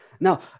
Now